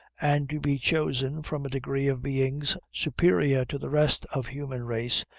and to be chosen from a degree of beings superior to the rest of human race,